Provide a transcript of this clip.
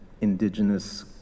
indigenous